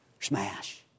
smash